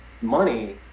money